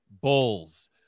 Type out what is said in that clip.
Bulls